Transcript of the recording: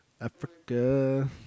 Africa